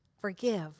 Forgive